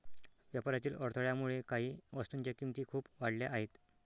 व्यापारातील अडथळ्यामुळे काही वस्तूंच्या किमती खूप वाढल्या आहेत